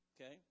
Okay